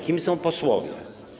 Kim są posłowie?